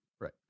Right